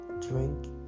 drink